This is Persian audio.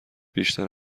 بیشتر